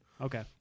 Okay